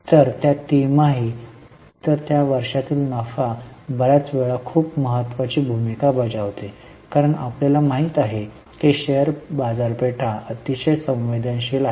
तर त्या तिमाही त त्या वर्षातील नफा बर्याच वेळा खूप महत्वाची भूमिका बजावते कारण आपल्याला माहिती आहे की शेअर बाजारपेठा अतिशय संवेदनशील आहेत